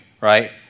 right